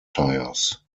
tires